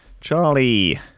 Charlie